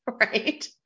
right